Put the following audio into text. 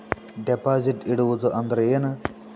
Deposit ಇಡುವುದು ಅಂದ್ರ ಏನ?